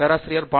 பேராசிரியர் ஜி